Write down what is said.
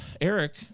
Eric